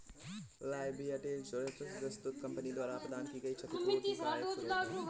liability insurance वस्तुतः company द्वारा प्रदान की गई क्षतिपूर्ति का एक स्वरूप है